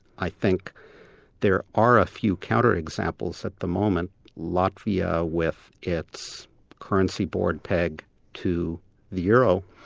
i think there are a few counter-examples at the moment latvia, with its currency board pegged to the euro,